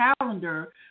calendar